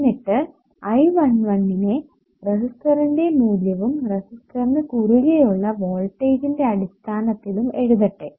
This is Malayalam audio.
എന്നിട്ട് I11 നെ റെസിസ്റ്ററിന്റെ മൂല്യവും റെസിസ്റ്ററിന് കുറുകെയുള്ള വോൾട്ടേജിന്റെ അടിസ്ഥാനത്തിലും എഴുതട്ടെ